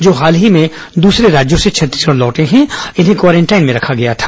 जो हाल ही में दूसरे राज्यों से छत्तीसगढ़ लौटे हैं और इन्हें क्वारेंटाइन में रखा गया था